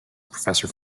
professor